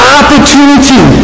opportunity